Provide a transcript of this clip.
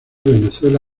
venezuela